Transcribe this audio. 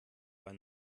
bei